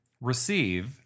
receive